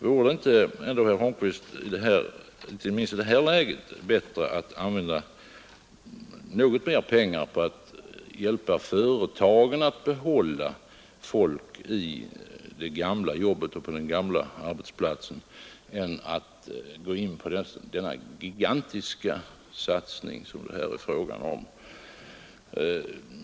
Vore det inte ändå, herr Holmqvist, inte minst i det här läget, bättre att använda något mer pengar för att hjälpa företagen att behålla folk i det gamla jobbet och på den gamla arbetsplatsen än att ge sig in på den gigantiska satsning som det här är fråga om?